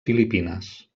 filipines